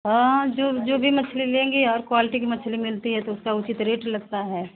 हाँ जो जो भी मछली लेंगी हर क्वालिटी की मछली मिलती है तो उसका उचित रेट लगता है